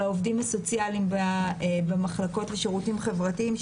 לעובדים הסוציאליים במחלקות לשירותים חברתיים,